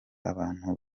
abantu